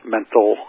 Mental